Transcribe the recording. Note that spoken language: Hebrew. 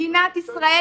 היום מדינת ישראל